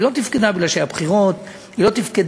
היא לא תפקדה מפני שהיו בחירות, היא לא תפקדה.